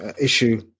issue